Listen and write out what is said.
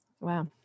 Wow